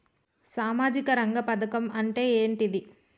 సామాజిక రంగ పథకం అంటే ఏంటిది?